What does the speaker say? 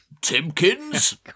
Timkins